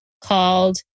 called